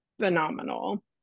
phenomenal